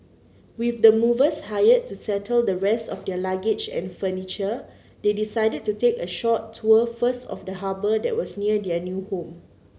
with the movers hired to settle the rest of their luggage and furniture they decided to take a short tour first of the harbour that was near their new home